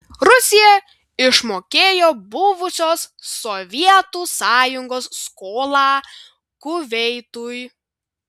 rusija išmokėjo buvusios sovietų sąjungos skolą kuveitui